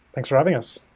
thanks for having us.